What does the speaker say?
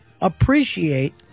appreciate